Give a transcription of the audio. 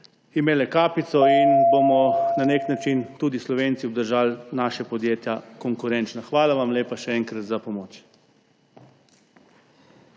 imele kapico in bomo na nek način tudi Slovenci obdržali naša podjetja konkurenčna. Hvala vam lepa, še enkrat za pomoč.